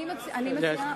אני מציעה